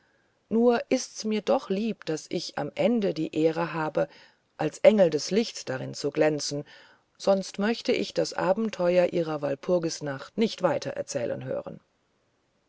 nur ist mir's doch lieb daß ich am ende die ehre habe als engel des lichts darin zu glänzen sonst möchte ich das abenteuer ihrer walpurgisnacht nicht weiter erzählen hören